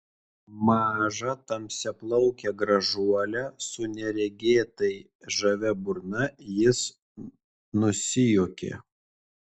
mažą tamsiaplaukę gražuolę su neregėtai žavia burna jis nusijuokė